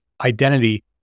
identity